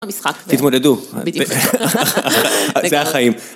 המשחק. תתמודדו. בדיוק. זה החיים.